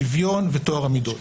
שוויון וטוהר המידות.